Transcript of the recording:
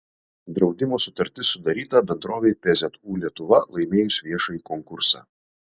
draudimo sutartis sudaryta bendrovei pzu lietuva laimėjus viešąjį konkursą